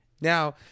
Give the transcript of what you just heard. Now